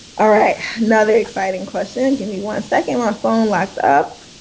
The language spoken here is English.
all right. another exciting question. give me one second. my phone locked up.